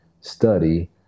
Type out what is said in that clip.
study